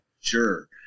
sure